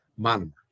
monomer